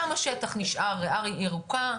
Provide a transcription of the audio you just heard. כמה שטח נשאר ריאה ירוקה.